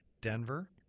Denver